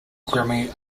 grammy